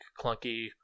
clunky